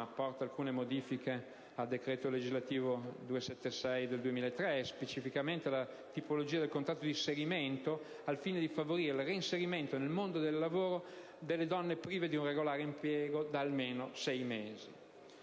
apporta alcune modifiche al decreto legislativo n. 276 del 2003, e specificamente alla tipologia del contratto d'inserimento, al fine di favorire il reinserimento nel mondo del lavoro delle donne prive di un regolare impiego da almeno sei mesi.